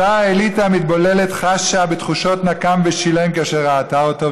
אותה אליטה מתבוללת חשה תחושות נקם ושילם כאשר ראתה אותו,